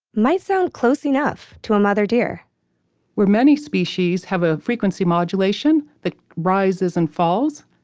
might sound close enough to a mother deer where many species have a frequency modulation, that rises and falls,